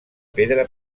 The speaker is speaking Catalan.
pedra